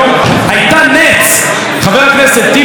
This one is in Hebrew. חבר הכנסת טיבי נבחר באותה שנה לכנסת.